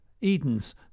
Edens